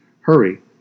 Hurry